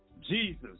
Jesus